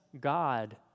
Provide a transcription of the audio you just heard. God